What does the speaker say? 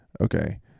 okay